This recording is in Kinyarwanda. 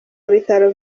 bitaro